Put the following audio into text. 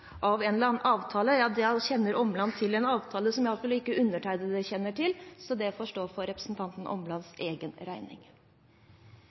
av en eller annen avtale, kjenner representanten Omland til en avtale som i hvert fall ikke jeg kjenner til. Det får stå for representanten